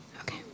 Okay